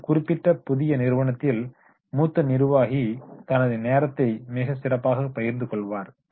அந்த குறிப்பிட்ட புதிய நிறுவனத்தில் மூத்த நிர்வாகி தனது நேரத்தை மிகச் சிறப்பாக பகிர்ந்து கொள்வார்